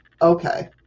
okay